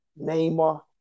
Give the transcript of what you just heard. Neymar